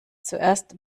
zuerst